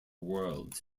world